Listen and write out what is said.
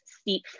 steep